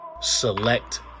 Select